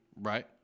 Right